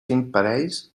imparells